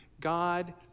God